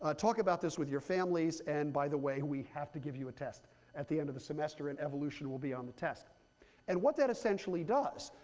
ah talk about this with your families. and by the way, we have to give you a test at the end of the semester, and evolution will be on the and what that essentially does,